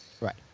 Right